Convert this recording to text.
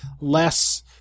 less